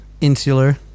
insular